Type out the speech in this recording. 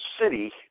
city